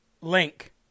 link